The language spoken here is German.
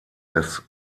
des